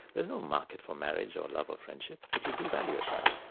there's no market for marriage or love or friendship, but you do value it, right?